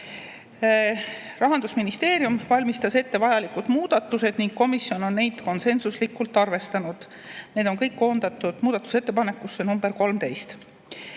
Rahandusministeerium valmistas ette vajalikud muudatused ning komisjon on neid konsensuslikult arvestanud. Need on kõik koondatud muudatusettepanekusse nr 13.